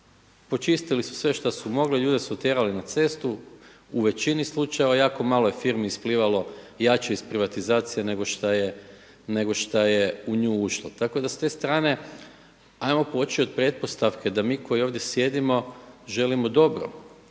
počistili su sve šta su mogli, ljude su otjerali na cestu u većini slučajeva, jako malo je firmi isplivalo jače iz privatizacije nego šta je u nju ušlo, tako da s te strane ajmo poći od pretpostavke da mi koji ovdje sjedimo želimo dobro